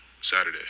Saturday